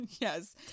Yes